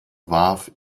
warf